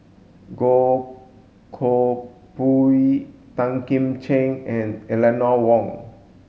Goh Koh Pui Tan Kim Ching and Eleanor Wong